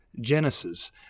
Genesis